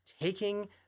taking